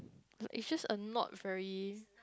it's just a not very